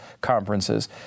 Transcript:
conferences